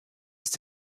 ist